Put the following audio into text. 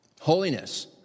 Holiness